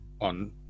on